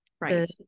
right